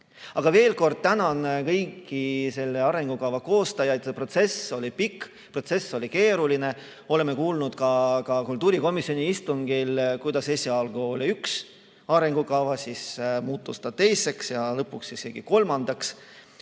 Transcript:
Aga veel kord tänan kõiki selle arengukava koostajaid. See protsess oli pikk, protsess oli keeruline. Oleme kuulnud ka kultuurikomisjoni istungil, kuidas esialgu oli üks arengukava, siis muutus ta teiseks ja lõpuks isegi kolmandaks.